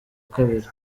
kabiri